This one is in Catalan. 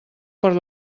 per